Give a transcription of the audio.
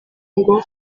ngo